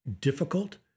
difficult